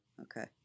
okay